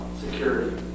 security